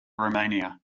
romania